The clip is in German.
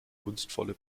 kunstvolle